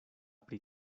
pri